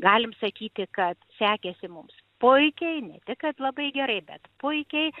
galim sakyti kad sekėsi mums puikiai ne tik kad labai gerai bet puikiai